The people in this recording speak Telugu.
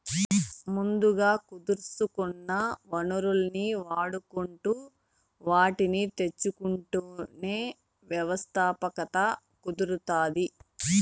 ముందుగా కుదుర్సుకున్న వనరుల్ని వాడుకుంటు వాటిని తెచ్చుకుంటేనే వ్యవస్థాపకత కుదురుతాది